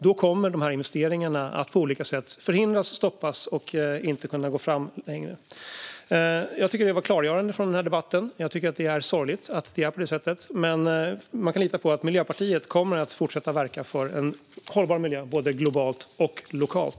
Då kommer de här investeringarna att på olika sätt förhindras, stoppas och inte kunna gå framåt längre. Jag tycker att det klargjordes i den här debatten. Jag tycker att det är sorgligt att det är på det viset. Men man kan lita på att Miljöpartiet kommer att fortsätta verka för en hållbar miljö, både globalt och lokalt.